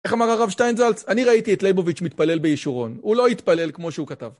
איך אמר הרב שטיינזלץ, אני ראיתי את ליבוביץ' מתפלל בישורון, הוא לא התפלל כמו שהוא כתב.